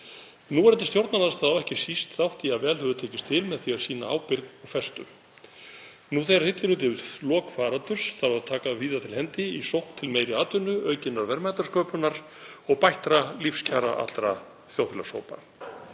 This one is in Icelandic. Núverandi stjórnarandstaða á ekki síst þátt í því að vel hefur tekist til með því að sýna ábyrgð og festu. Nú þegar hillir undir lok faraldurs þarf að taka víða til hendi í sókn til meiri atvinnu, aukinnar verðmætasköpunar og bættra lífskjara allra þjóðfélagshópa.